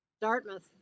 Dartmouth